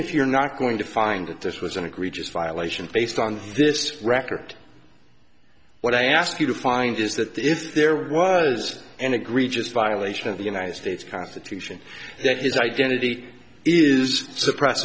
if you're not going to find that this was an egregious violation based on this record what i ask you to find is that if there was an egregious violation of the united states constitution that his identity is the pre